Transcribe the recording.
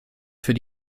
für